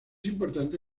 importante